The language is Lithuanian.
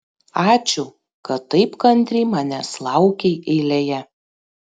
ačiū kad taip kantriai manęs laukei eilėje